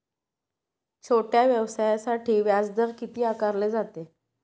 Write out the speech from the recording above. छोट्या व्यवसायासाठी व्याजदर किती आकारला जातो?